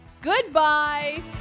Goodbye